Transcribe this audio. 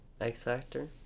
X-Factor